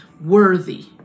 worthy